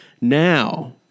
Now